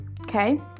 Okay